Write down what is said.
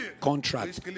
contract